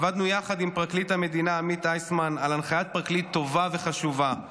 עבדנו יחד עם פרקליט המדינה עמית איסמן על הנחיית פרקליט טובה וחשובה.